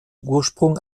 ursprung